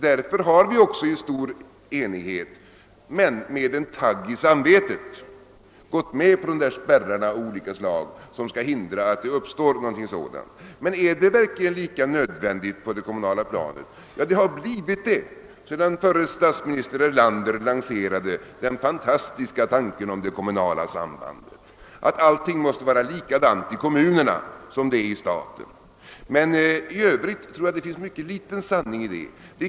Därför har vi också i stor enighet men med en tagg i samvetet gått med på dessa spärrar av olika slag, vilka skall hindra att det uppstår någonting sådant. Men är det verkligen lika nödvändigt på det kommunala planet? Ja, det har blivit det sedan förre statsministern Erlander lanserade den fantastiska tanken om det kommunala sambandet, att allting måste vara likadant i kommunerna som i staten. Men i övrigt tror jag att det finns mycket liten sanning i det påståendet.